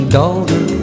daughter